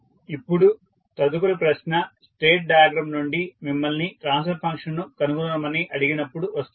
ఇప్పుడు తదుపరి ప్రశ్న స్టేట్ డయాగ్రమ్ నుండి మిమ్మల్ని ట్రాన్స్ఫర్ ఫంక్షన్ను కనుగొనమని అడిగినప్పుడు వస్తుంది